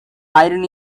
iron